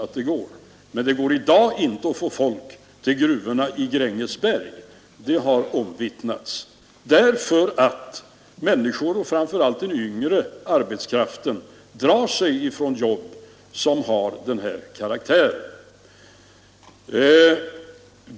Men det har omvittnats att det i dag inte går att få folk till gruvorna i Grängesberg därför att människor och framför allt den yngre arbetskraften drar sig för jobb som har den här karaktären.